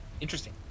interesting